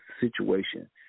situation